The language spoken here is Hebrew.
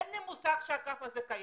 אין לי מושג שהאגף הזה קיים,